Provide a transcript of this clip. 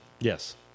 Yes